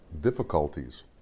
difficulties